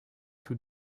tous